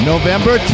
November